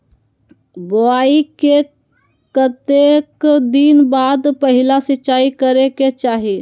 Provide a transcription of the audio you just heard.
बोआई के कतेक दिन बाद पहिला सिंचाई करे के चाही?